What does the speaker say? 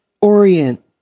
orient